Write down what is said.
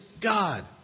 God